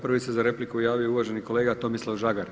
Prvi se za repliku javio uvaženi kolega Tomislav Žagar.